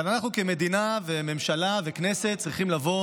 אבל אנחנו כמדינה וממשלה וכנסת צריכים לבוא